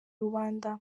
rubanda